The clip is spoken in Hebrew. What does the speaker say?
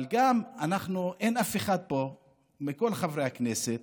אבל גם אנחנו, אין אף אחד פה מכל חברי הכנסת